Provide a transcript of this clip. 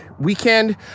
weekend